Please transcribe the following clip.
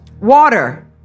water